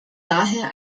daher